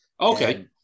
okay